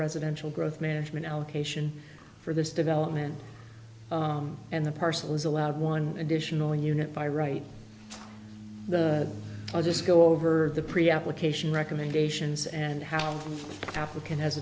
residential growth management allocation for this development and the parcel is allowed one additional unit by right i'll just go over the pre application recommendations and how african has